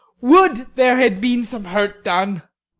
would there had been some hurt done!